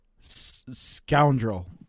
scoundrel